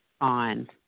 on